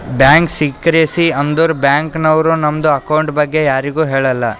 bank secrecy ಅಂದುರ್ bank ನವ್ರು ನಮ್ದು ಅಕೌಂಟ್ ಬಗ್ಗೆ ಯಾರಿಗು ಹೇಳಲ್ಲ